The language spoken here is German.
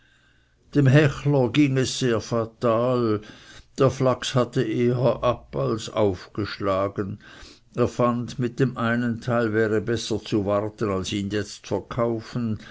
dem hechler ging es sehr fatal der flachs hatte eher ab als aufgeschlagen er fand mit dem einen teil wäre besser zu warten als ihn jetzt zu verkaufen